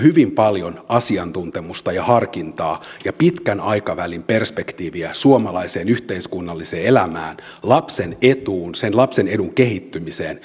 hyvin paljon asiantuntemusta ja harkintaa ja pitkän aikavälin perspektiiviä suomalaiseen yhteiskunnalliseen elämään lapsen etuun sen lapsen edun kehittymiseen